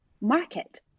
market